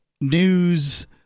news